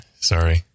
sorry